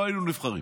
לא היינו נבחרים,